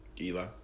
Eli